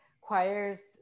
choirs